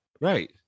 Right